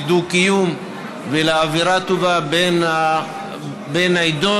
דו-קיום ואווירה טובה בין עדות,